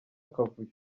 akavuyo